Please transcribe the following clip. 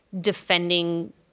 defending